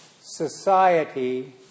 society